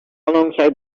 alongside